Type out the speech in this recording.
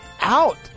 out